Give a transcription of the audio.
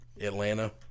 Atlanta